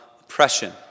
oppression